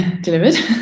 delivered